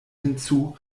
hinzu